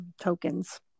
tokens